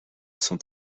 son